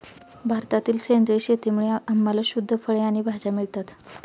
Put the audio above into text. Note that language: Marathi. भारतातील सेंद्रिय शेतीमुळे आम्हाला शुद्ध फळे आणि भाज्या मिळतात